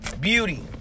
beauty